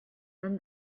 and